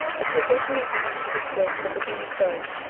the position of the united states was again affirmed.